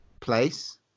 place